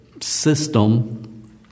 system